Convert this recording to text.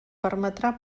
permetrà